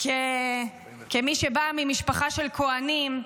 כמי שבאה ממשפחה של כוהנים,